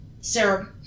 Sarah